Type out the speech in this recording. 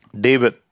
David